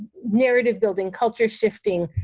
narrative building, culture shifting,